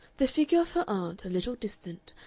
the figure of her aunt, a little distant,